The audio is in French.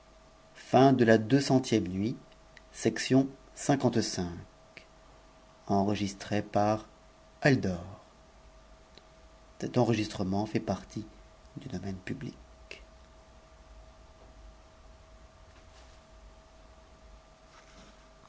la nuit du